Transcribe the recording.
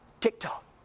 TikTok